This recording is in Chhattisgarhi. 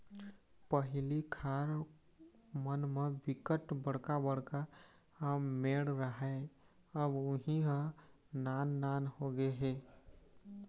पहिली खार मन म बिकट बड़का बड़का मेड़ राहय अब उहीं ह नान नान होगे हे